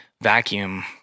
vacuum